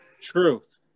truth